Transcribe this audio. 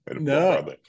No